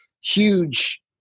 huge